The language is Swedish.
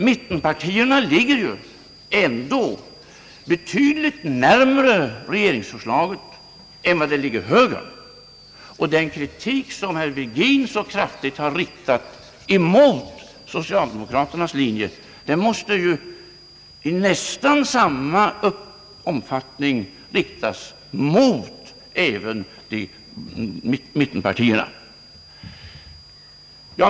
Mittenpartiernas förslag ligger ju betydligt närmare regeringsförslaget än vad det ligger högerns förslag. Den skarpa kritik som herr Virgin har riktat mot socialdemokraternas linje måste ju i nästan samma omfattning även riktas mot mittenpartierna.